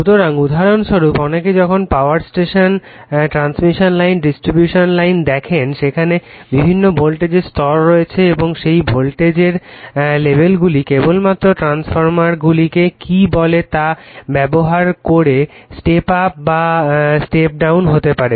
সুতরাং উদাহরণস্বরূপ অনেকে যখন power station transmission line distribution line দেখেন সেখানে বিভিন্ন ভোল্টেজের স্তর রয়েছে এবং সেই ভোল্টেজের লেভেলগুলি কেবলমাত্র ট্রান্সফরমারগুলিকে কী বলে তা ব্যবহার করে স্টেপ আপ বা স্টেপ ডাউন হতে পারে